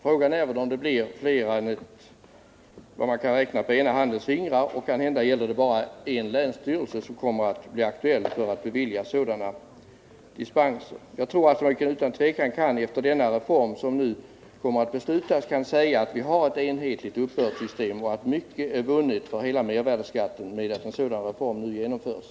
Frågan är om det blir fler företag än att man kan räkna dem på ena handens fingrar. Kanske är det bara en länsstyrelse som blir aktuell för att bevilja sådana dispenser. Jag tror att man efter den reform som vi nu kommer att fatta beslut om utan tvivel kan säga att vi har ett enhetligt uppbördssystem och att mycket är vunnet för hela mervärdeskattesystemet genom att en sådan reform nu genomförs.